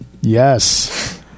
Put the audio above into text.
Yes